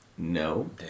No